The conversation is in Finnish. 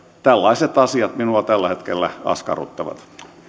tällaiset asiat minua tällä hetkellä askarruttavat